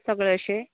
सगळ्याशें